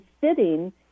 sitting